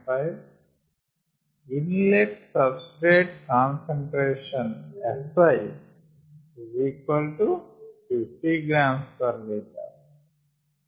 5 inlet substrate concentration Si 50 gl